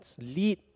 lead